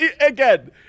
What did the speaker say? Again